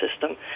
system